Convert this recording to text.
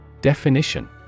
Definition